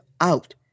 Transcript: out